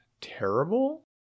terrible